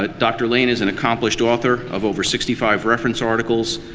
ah dr. lane is an accomplished author of over sixty five reference articles,